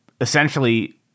essentially